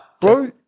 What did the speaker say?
Bro